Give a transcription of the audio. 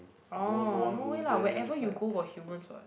orh no way lah wherever you go got humans what